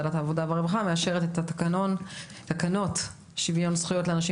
ועדת העבודה והרווחה מאשרת את תקנות שוויון זכויות לאנשים